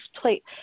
plate